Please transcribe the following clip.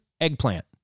eggplant